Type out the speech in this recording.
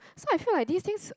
so I feel like these things